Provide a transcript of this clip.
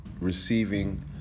receiving